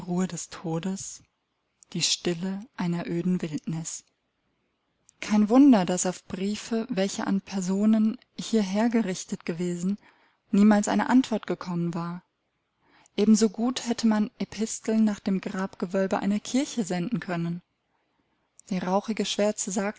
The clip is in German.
des todes die stille einer öden wildnis kein wunder daß auf briefe welche an personen hierher gerichtet gewesen niemals eine antwort gekommen war ebensogut hätte man episteln nach dem grabgewölbe einer kirche senden können die rauchige schwärze